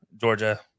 Georgia